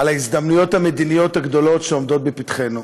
על ההזדמנויות המדיניות הגדולות שעומדות לפתחנו.